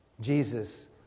Jesus